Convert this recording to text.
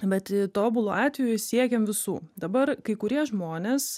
bet tobulu atveju siekiam visų dabar kai kurie žmonės